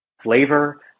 flavor